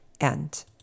end